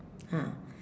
ah